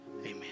Amen